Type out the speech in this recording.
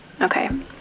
okay